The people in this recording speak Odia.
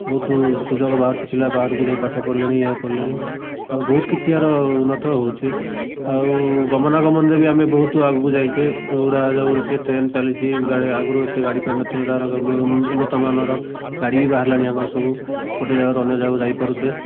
ବହୁତ ସୁଯୋଗ ବାହାରୁଛି ପିଲା ବାହାରକୁ ଯାଇ ପାଠ ପଢ଼ିଲେଣି ଇଏ କଲେଣି ଆଉ ବହୁତ କିଛି ଏହାର ଉନ୍ନତ ହେଉଛି ଆଉ ଗମନାଗମନ ରେ ବି ଆମେ ବହୁତ ଆଗକୁ ଯାଇଛେ ଉଡ଼ାଜାହାଜ ଉଡ଼ୁଛି ଟ୍ରେନ ଚାଲିଛି ଆଗରୁ ଏତେ ଗାଡି ଫାଡ଼ି ନଥିଲା ତା'ର ଉନ୍ନତମାନର ଗାଡ଼ି ବାହାରିଲାଣି ଆମର ସବୁ ଗୋଟିଏ ଜାଗାରୁ ଅନ୍ୟ ଜାଗାକୁ ଯାଇପାରୁଛେ